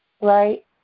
right